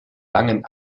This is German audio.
langen